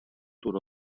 turó